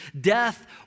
death